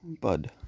Bud